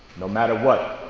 no matter what,